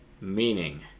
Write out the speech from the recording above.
meaning